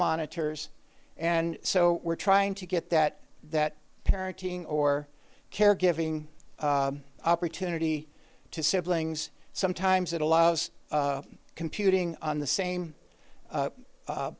monitors and so we're trying to get that that parenting or caregiving opportunity to siblings sometimes it allows computing on the same